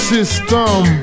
System